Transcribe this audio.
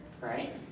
right